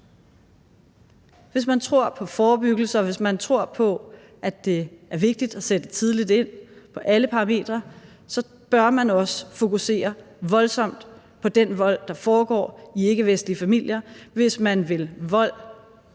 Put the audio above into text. hvis man tror på, at det er vigtigt at sætte tidligt ind på alle parametre, bør man også fokusere voldsomt på den vold, der foregår i ikkevestlige familier, altså hvis man vil vold